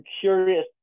curious